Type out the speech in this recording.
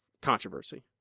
controversy